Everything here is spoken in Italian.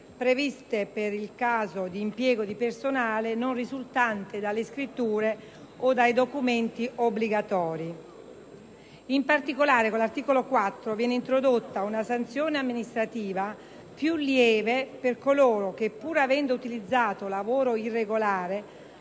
previste per il caso di impiego di personale non risultante dalle scritture o dai documenti obbligatori. In particolare, con l'articolo 4 si introduce una sanzione amministrativa più lieve per coloro che, pur avendo utilizzato lavoro irregolare,